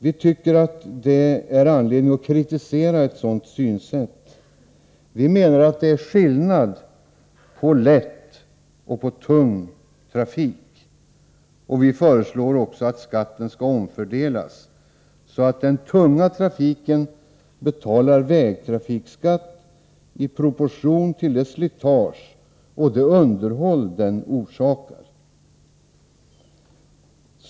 Vi tycker att det finns anledning att kritisera ett sådant synsätt. Vi menar att det är skillnad på lätt och tung trafik, och vi föreslår också att skatten skall omfördelas så att den tunga trafiken betalar vägtrafikskatt i proportion till det slitage och det underhåll den orsakar.